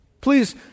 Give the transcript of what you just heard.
Please